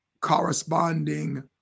corresponding